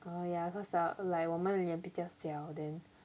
oh ya cause uh like 我们的脸比较小 then